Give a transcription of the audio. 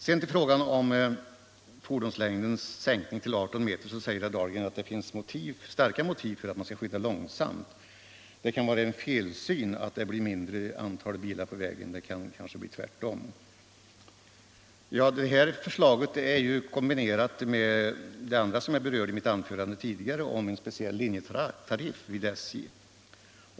Beträffande frågan om fordonslängdens sänkning till 18 meter säger herr Dahlgren att det finns starka motiv för att man skall skynda långsamt —- det kan vara en felsyn att det blir ett mindre antal bilar på vägarna. Det kan kanske bli tvärtom. Men det här förslaget är ju kombinerat Trafikpolitiken ” Trafikpolitiken med den i mitt tidigare inlägg nämnda tanken på en speciell linjetrafik vid SJ.